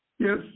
Yes